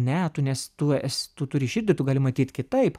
ne tu nes tu es tu turi širdį tu gali matyt kitaip